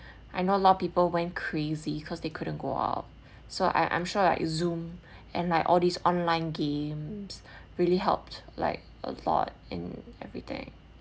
I know a lot of people went crazy cause they couldn't go out so I I'm sure like zoom and like all these online games really helped like a lot in everything